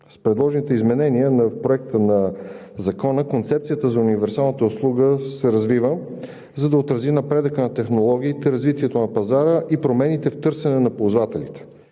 С предложените изменения в Проекта на Закона концепцията за универсалната услуга се развива, за да отрази напредъка на технологиите, развитието на пазара и промените в търсене на ползвателите.